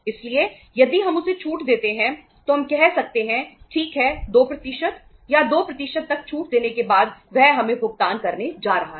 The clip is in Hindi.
इसलिए यदि हम उसे छूट देते हैं तो हम कह सकते हैं ठीक है 2 या 2 तक छूट देने के बाद वह हमें भुगतान करने जा रहा है